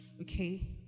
okay